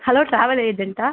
hello travel ஏஜென்ட்டா